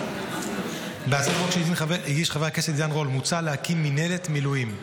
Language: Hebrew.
-- עידן רול מוצע להקים מינהלת מילואים,